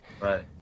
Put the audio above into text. Right